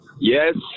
Yes